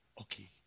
okay